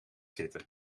zitten